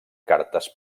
cartes